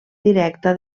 directa